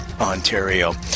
Ontario